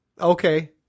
Okay